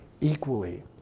equally